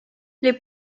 les